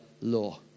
law